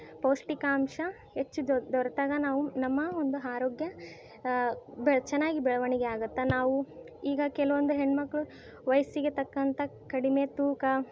ಪೌಷ್ಟಿಕಾಂಶ ಹೆಚ್ಚು ದೊರೆ ದೊರೆತಾಗ ನಾವು ನಮ್ಮ ಒಂದು ಆರೋಗ್ಯ ಬ ಚೆನ್ನಾಗಿ ಬೆಳವಣಿಗೆಯಾಗುತ್ತೆ ನಾವು ಈಗ ಕೆಲವೊಂದು ಹೆಣ್ಣುಮಕ್ಳು ವಯಸ್ಸಿಗೆ ತಕ್ಕಂಥ ಕಡಿಮೆ ತೂಕ